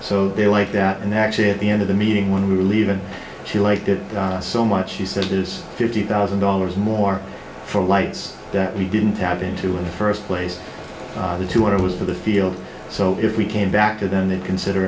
so they wiped out and actually at the end of the meeting when we were leaving she liked it so much she said it is fifty thousand dollars more for lights that we didn't tap into in the first place the two hundred was for the field so if we came back to them they'd consider